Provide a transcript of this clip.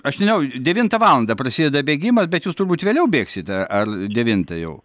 aš nežinau devintą valandą prasideda bėgimas bet jūs turbūt vėliau bėgsit ar devintą jau